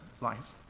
life